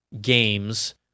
games